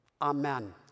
Amen